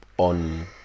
On